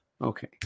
okay